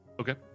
okay